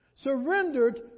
surrendered